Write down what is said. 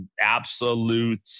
absolute